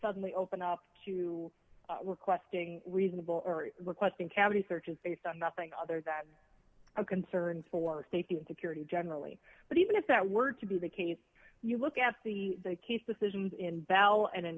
suddenly open up to requesting reasonable or requesting cavity searches based on nothing other than of concern for safety and security generally but even if that were to be the case you look at the case decisions in bal and